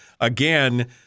again